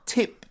Tip